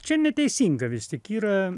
čia neteisinga vis tik yra